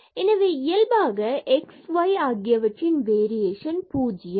எனவே இயல்பாக x மற்றும் y ஆகியவற்றின் வேரியேஷன் பூஜ்ஜியம்